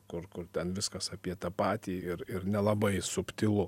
kur kur ten viskas apie tą patį ir ir nelabai subtilu